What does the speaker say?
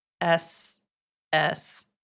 S-S